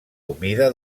humida